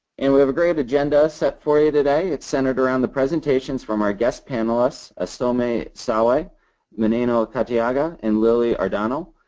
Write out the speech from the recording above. and we have a great agenda set for you today. it's centered around the presentations from our guest panelists, estomih sawe, maneno katyega, and lily odarno.